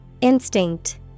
Instinct